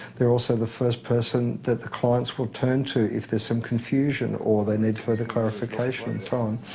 they're also the first person that the clients will turn to if there's some confusion or they need further clarification and so on.